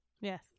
Yes